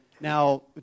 now